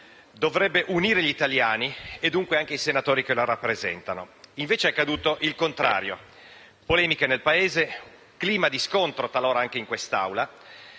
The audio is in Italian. dovrebbe unire gli italiani e dunque anche i senatori che li rappresentano e invece è accaduto il contrario: polemiche nel Paese, clima di scontro, talora anche in quest'Aula,